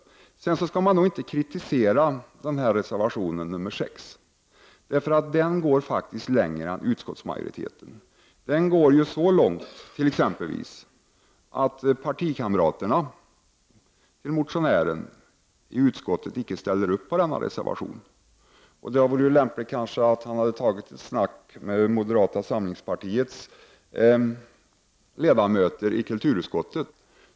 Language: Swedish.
Man kan inte kritisera reservation nr 6. Den går faktiskt längre än vad utskottsmajoriteten gör. Den går ju exempelvis så långt att motionärens partikamrater i utskottet icke ställer upp bakom reservationen. Det hade kanske varit lämpligt att han hade tagit ett shack, som man säger, med moderata samlingspartiets ledamöter i kulturutskottet.